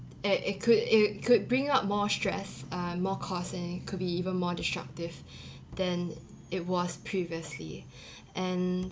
and it could it could bring up more stress uh and more cost and it could be even more destructive than it was previously and